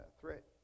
threat